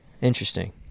Interesting